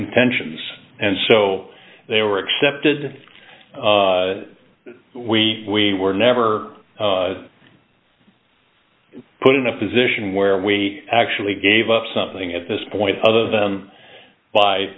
contentions and so they were accepted we were never put in a position where we actually gave up something at this point other than by